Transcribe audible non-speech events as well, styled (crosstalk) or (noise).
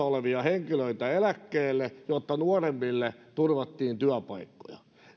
(unintelligible) olevia henkilöitä eläkkeelle jotta nuoremmille turvattiin työpaikkoja